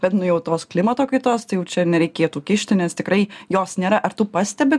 bet nu jau tos klimato kaitos tai jau čia nereikėtų kišti nes tikrai jos nėra ar tu pastebi